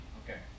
okay